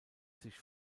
sich